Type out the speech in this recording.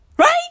Right